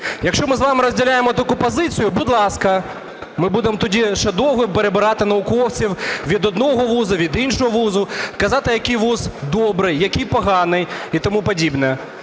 Якщо ми з вами розділяємо таку позицію, будь ласка, ми будемо тоді ще довго перебирати науковців від одного вузу, від іншого вузу, казати, який вуз добрий, який поганий, і тому подібне.